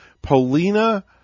Polina